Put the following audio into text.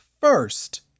first